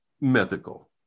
mythical